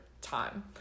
time